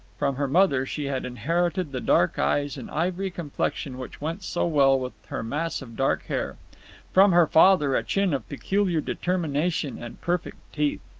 from her mother she had inherited the dark eyes and ivory complexion which went so well with her mass of dark hair from her father a chin of peculiar determination and perfect teeth.